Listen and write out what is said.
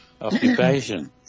Occupation